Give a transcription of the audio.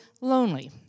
lonely